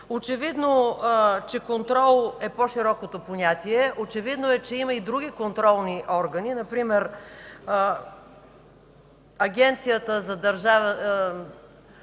очевидно, че „контрол” е по-широкото понятие. Очевидно е, че има и други контролни органи, например Агенция „Държавна